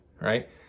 right